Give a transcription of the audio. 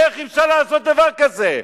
איך אפשר לעשות דבר כזה?